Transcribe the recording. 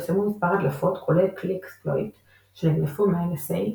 פרסמו מספר הדלפות כולל כלי אקספלויט שנגנבו מה-NSA,